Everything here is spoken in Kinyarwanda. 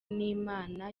n’imana